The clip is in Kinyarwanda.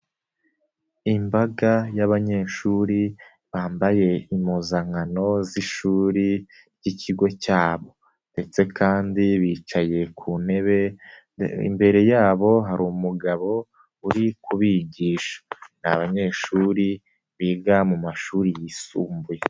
Imbaga y'abanyeshuri bambaye impuzankano z'ishuri ry'ikigo cyabo ndetse kandi bicaye ku ntebe, imbere yabo hari umugabo uri kubigisha, ni abanyeshuri biga mu mashuri yisumbuye.